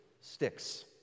sticks